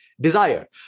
desire